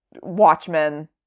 watchmen